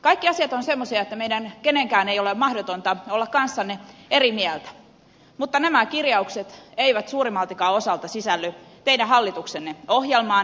kaikki asiat ovat semmoisia että meidän kenenkään ei ole mahdotonta olla kanssanne eri mieltä mutta nämä kirjaukset eivät suurimmaltakaan osalta sisälly teidän hallituksenne ohjelmaan